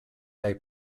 they